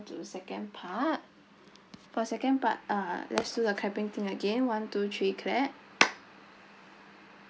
to second part for second part uh let's do the clapping thing again one two three clap